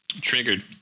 Triggered